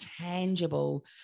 tangible